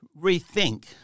rethink